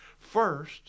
first